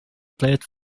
played